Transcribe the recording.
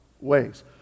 Ways